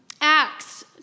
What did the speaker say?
acts